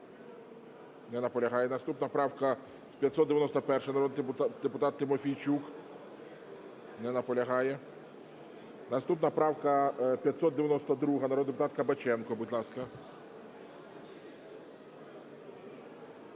Не наполягає. Наступна правка 591, народний депутат Тимофійчук. Не наполягає. Наступна правка 592, народний депутат Кабаченко, будь ласка.